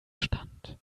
stand